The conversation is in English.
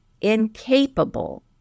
incapable